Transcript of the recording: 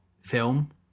film